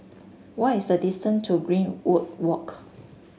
what is the distance to Greenwood Walk